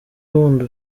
wundi